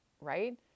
right